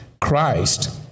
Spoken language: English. Christ